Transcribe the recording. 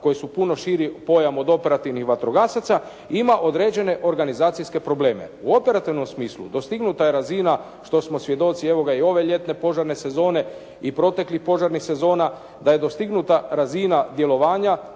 koji su puno širi pojam od operativnih vatrogasaca ima određene organizacijske probleme. U operativnom smislu dostignuta je razina, što smo svjedoci evo ga i ove ljetne požarne sezone i proteklih požarnih sezona da je dostignuta razina djelovanja